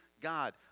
God